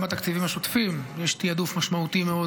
גם בתקציבים השוטפים יש תיעדוף משמעותי מאוד